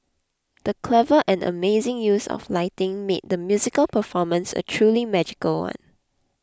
the clever and amazing use of lighting made the musical performance a truly magical one